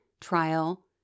trial